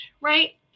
right